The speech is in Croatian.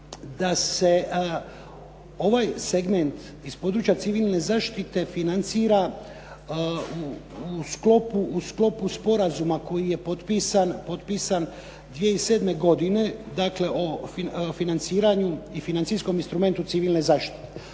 da se ovaj segment iz područja civilne zaštite financira u sklopu sporazuma koji je potpisan 2007. godine, dakle o financiranju i financijskom instrumentu civilne zaštite,